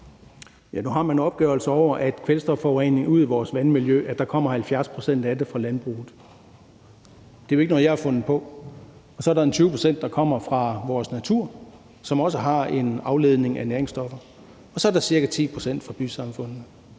Nu har man opgørelser over, at af kvælstofforureningen ud i vores vandmiljø kommer 70 pct. fra landbruget. Det er jo ikke noget, jeg har fundet på. Så er der en 20 pct., der kommer fra vores natur, som også har en afledning af næringsstoffer, og så er der ca. 10 pct. fra bysamfundene.